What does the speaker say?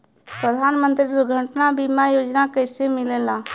प्रधानमंत्री दुर्घटना बीमा योजना कैसे मिलेला?